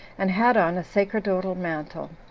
and had on a sacerdotal mantle.